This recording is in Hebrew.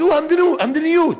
זו המדיניות.